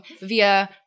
via